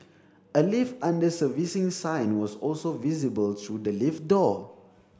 a lift under servicing sign was also visible through the lift door